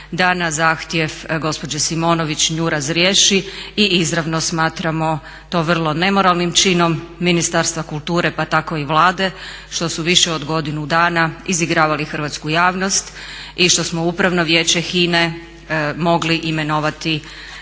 da na zahtjev gospođe Simonović nju razriješi i izravno smatramo to vrlo nemoralnim činom Ministarstva kulture pa tako i Vlade što su više od godinu dana izigravali hrvatsku javnost i što smo u Upravno vijeće HINA-e mogli imenovati